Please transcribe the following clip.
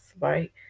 right